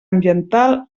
ambiental